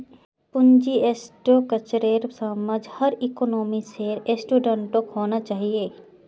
पूंजी स्ट्रक्चरेर समझ हर इकोनॉमिक्सेर स्टूडेंटक होना चाहिए